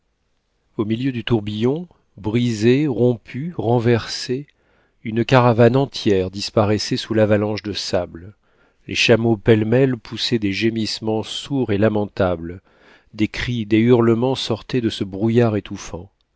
au milieu du tourbillon brisée rompue renversée une caravane entière disparaissait sous l'avalanche de sable les chameaux pêle-mêle poussaient des gémissements sourds et lamentables des cris des hurlements sortaient de ce brouillard étouffant